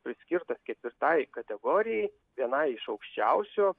priskirtas ketvirtai kategorijai vienai iš aukščiausių